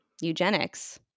eugenics